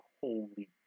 holy